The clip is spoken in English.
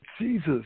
Jesus